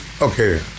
okay